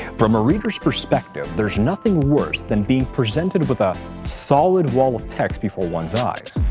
from a reader's perspective, there's nothing worse than being presented with ah a solid wall of text before one's eyes.